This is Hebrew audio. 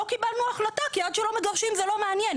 שלא קיבלו החלטה כי עד שלא מגרשים זה לא מעניין.